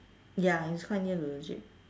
ya is quite near to the jeep